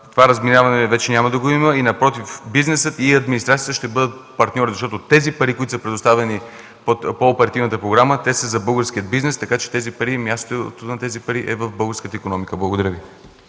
това разминаване вече няма да го има, напротив бизнесът и администрацията ще бъдат партньори, защото тези пари, които са предоставени по оперативната програма, са за българския бизнес, така че мястото им е в българската икономика. Благодаря Ви.